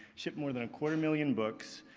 shipped more than a quarter million books,